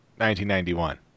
1991